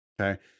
okay